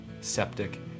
septic